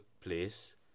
place